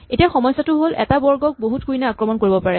এতিয়া সমস্যাটো হ'ল এটা বৰ্গ ক বহুত কুইন এ আক্ৰমণ কৰিব পাৰে